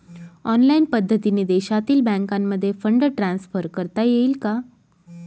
Online पद्धतीने देशातील बँकांमध्ये फंड ट्रान्सफर करता येईल का?